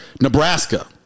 Nebraska